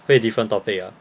会 different topic ah